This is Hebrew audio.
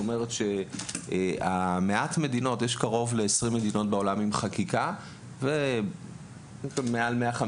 יש קרוב ל-20 מדינות עם חקיקה ומעל ל-150